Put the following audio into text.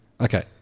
Okay